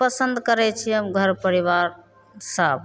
पसन्द करै छिए हम घर परिवार सभ